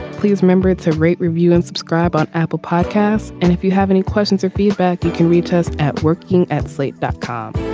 please remember it's a rate review and subscribe on apple podcasts. and if you have any questions or feedback you can reach us at working at slate dot com.